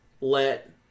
let